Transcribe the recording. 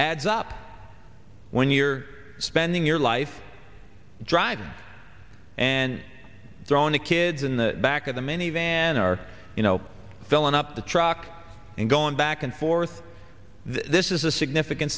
adds up when you're spending your life driving and drawing the kids in the back of the minivan or you know filling up the truck and going back and forth this is a significant